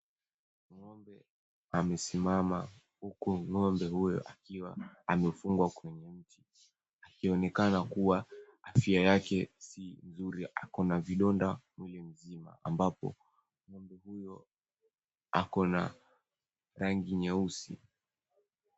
Ng'ombe amesimama huku ng'ombe huyo akiwa amefungwa kwenye mti akionekana kuwa afya yake si nzuri. Akona vidonda mwili mzima ambapo ng'ombe huyo akona rangi nyeusi.